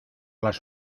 las